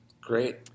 Great